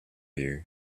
you